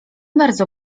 bardzo